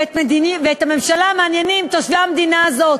ואת הממשלה מעניינים תושבי המדינה הזאת,